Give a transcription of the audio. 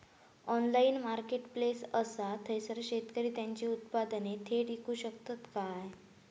Online marketplace असा थयसर शेतकरी त्यांची उत्पादने थेट इकू शकतत काय?